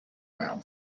world